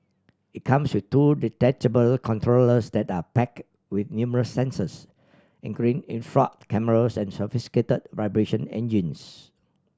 it comes with two detachable controllers that are packed with numerous sensors including infrared cameras and sophisticated vibration engines